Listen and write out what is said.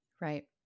right